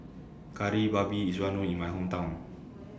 Kari Babi IS Well known in My Hometown